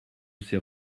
ces